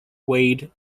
wade